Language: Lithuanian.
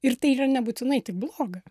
ir tai yra nebūtinai tik bloga